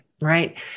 right